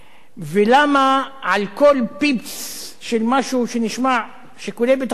ולמה על כל פיפס של משהו, שנשמע שיקולי ביטחון,